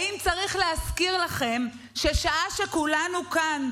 האם צריך להזכיר לכם ששעה שכולנו כאן,